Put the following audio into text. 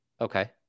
Okay